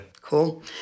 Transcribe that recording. Cool